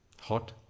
hot